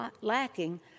lacking